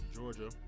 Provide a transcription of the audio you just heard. Georgia